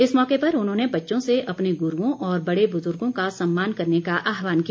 इस मौके पर उर्न्होने बच्चों से अपने गुरूओं और बड़े बुजुगों का सम्मान करने का आहवान किया